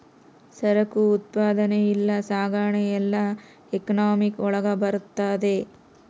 ಸರಕು ಉತ್ಪಾದನೆ ಇಲ್ಲ ಸಾಗಣೆ ಎಲ್ಲ ಎಕನಾಮಿಕ್ ಒಳಗ ಬರ್ತದೆ